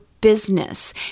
business